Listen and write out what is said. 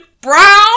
Brown